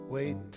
Wait